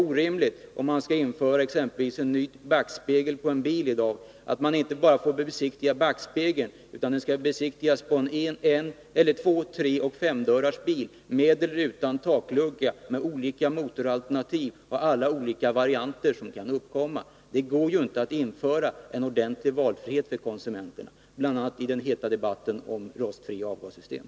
Om man skall införa en ny backspegel i dag på en bil, måste man inte bara besiktiga backspegeln, utan alla de biltyper som backspegeln skall sitta på — två-, treoch femdörrarsbilar med och utan taklucka, med olika motoralternativ och alla olika varianter som kan uppkomma. Detta är ju orimligt. Då kan man inte införa ordentlig valfrihet för konsumenten, t.ex. i fråga om rostfria avgassystem.